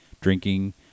drinking